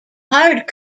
hard